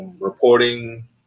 reporting